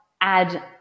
add